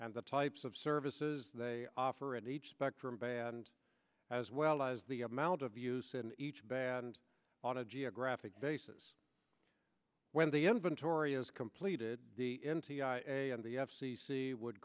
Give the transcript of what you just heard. and the types of services they offer and each spectrum band as well as the amount of use in each band on a geographic basis when the inventory is completed the in cia and the f c c would